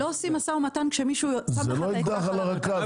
לא עושים משא ומתן כשמישהו שם לך אקדח על הרקה.